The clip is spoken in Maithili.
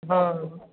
हँ